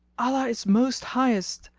allah is most highest!